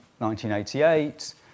1988